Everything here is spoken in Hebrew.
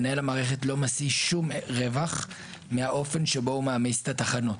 מנהל המערכת לא משיא שום רווח מהאופן שבו הוא מעמיס את התחנות.